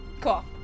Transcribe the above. Cool